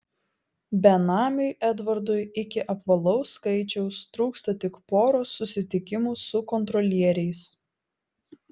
benamiui edvardui iki apvalaus skaičiaus trūksta tik poros susitikimų su kontrolieriais